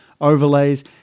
overlays